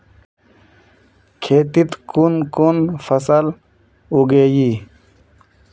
खेतीत कुन कुन फसल उगेई?